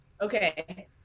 Okay